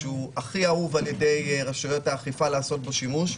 הכי אהוב על ידי רשויות האכיפה לעשות בו שימוש.